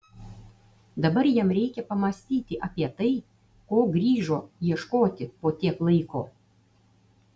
dabar jam reikia pamąstyti apie tai ko grįžo ieškoti po tiek laiko